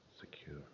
secure